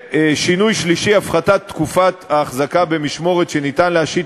3. הפחתת תקופת ההחזקה במשמורת שאפשר להשית